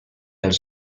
als